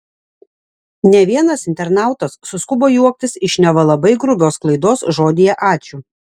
ne vienas internautas suskubo juoktis iš neva labai grubios klaidos žodyje ačiū